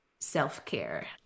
self-care